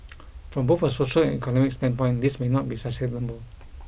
from both a social and economic standpoint this may not be sustainable